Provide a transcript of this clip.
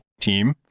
team